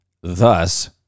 Thus